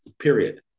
period